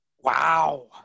Wow